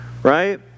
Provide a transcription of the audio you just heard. right